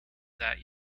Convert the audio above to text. that